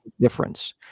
Difference